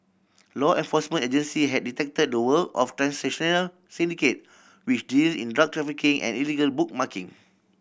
law enforcement agency had detected the work of transnational syndicate which deal in drug trafficking and illegal bookmaking